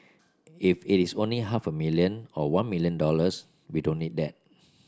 if it is only half a million or one million dollars we don't need that